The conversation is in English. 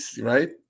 right